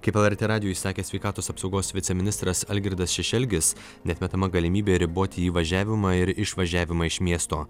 kaip lrt radijui sakė sveikatos apsaugos viceministras algirdas šešelgis neatmetama galimybė riboti įvažiavimą ir išvažiavimą iš miesto